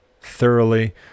thoroughly